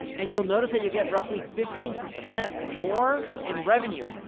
and you'll notice that you get roughly fifteen percent more in revenue.